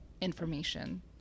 information